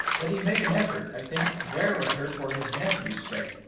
but he made an effort, i think, to bear with her for his nephew's sake.